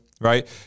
right